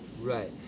Right